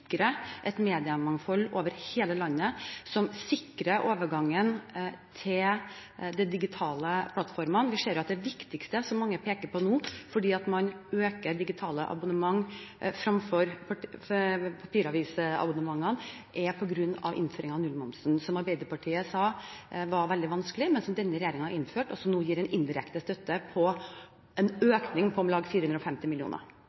et mediemangfold over hele landet, og som sikrer overgangen til de digitale plattformene. Vi ser at det viktigste, som mange peker på nå, fordi man øker digitale abonnement fremfor papiravisabonnementene, er innføringen av nullmomsen, som Arbeiderpartiet sa var veldig vanskelig, men som denne regjeringen innførte, og som nå gir en indirekte støtte, en økning på